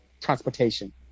transportation